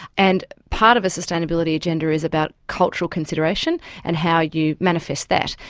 and part of a sustainability agenda is about cultural consideration and how you manifest that.